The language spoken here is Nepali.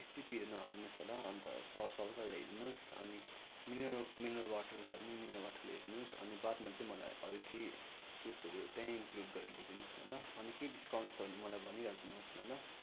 बेसी पिरो नहालिदिनुहोस् होला अन्त सस् हलका ल्याइदिनुहोस् अनि मिनरल मिनरल वाटर छ भने मिनरल वाटर ल्याइ दिनुहोस् अनि बादमा चाहिँ मलाई अरू केही जुसहरू त्यहीँ इन्क्लुड गरेर ल्याइ दिनुहोस् न ल अनि के डिस्काउन्ट छ भने मलाई भनी राखिदिनुहोस् न ल